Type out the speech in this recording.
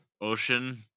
ocean